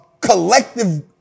collective